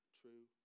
true